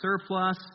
surplus